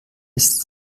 ist